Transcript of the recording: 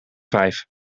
vijf